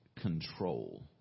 control